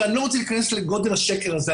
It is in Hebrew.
שאני לא רוצה להיכנס לגודל השקר הזה,